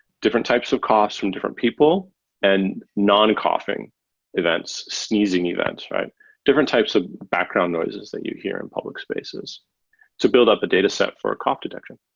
different types of coughs from different people and non-coughing events, sneezing events. different types of background noises that you hear in public spaces to build up a dataset for a cough detection.